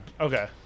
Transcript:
Okay